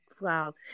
wow